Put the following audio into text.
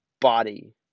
body